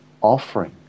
offering